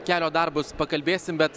kelio darbus pakalbėsim bet